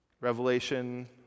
Revelation